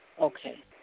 Okay